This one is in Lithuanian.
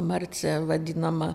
marcę vadinama